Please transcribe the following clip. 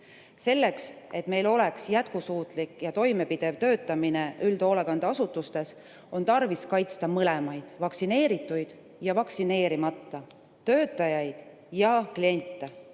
Selleks, et meil oleks jätkusuutlik ja toimepidev töötamine üldhoolekandeasutustes, on tarvis kaitsta mõlemaid, nii vaktsineeritud kui ka vaktsineerimata töötajaid ja kliente.